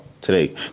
today